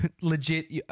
legit